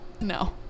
No